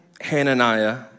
Hananiah